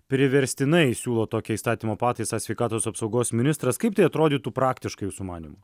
priverstinai siūlo tokią įstatymo pataisą sveikatos apsaugos ministras kaip tai atrodytų praktiškai jūsų manymu